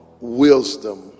wisdom